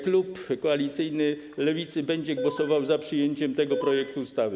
Klub koalicyjny Lewicy będzie głosował za przyjęciem tego projektu ustawy.